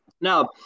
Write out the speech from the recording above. Now